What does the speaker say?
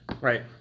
right